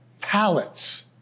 pallets